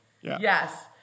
Yes